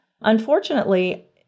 Unfortunately